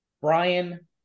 Brian